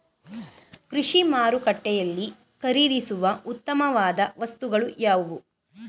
ಕೃಷಿ ಮಾರುಕಟ್ಟೆಯಲ್ಲಿ ಖರೀದಿಸುವ ಉತ್ತಮವಾದ ವಸ್ತುಗಳು ಯಾವುವು?